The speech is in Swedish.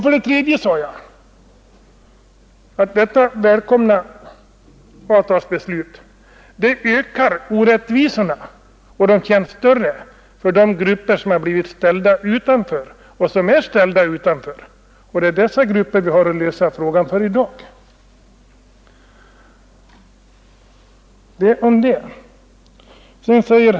Vidare sade jag att detta i och för sig välkomna avtal ökar orättvisorna och de känns större för de grupper som är ställda utanför. Det är dessa grupper vi har att lösa frågan för i dag. Det om det.